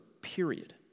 period